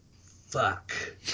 Fuck